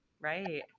Right